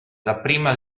dapprima